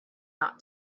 not